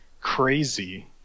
Crazy